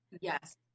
Yes